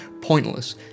pointless